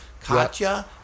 Katya